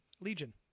Legion